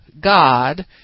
God